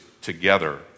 together